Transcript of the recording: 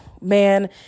man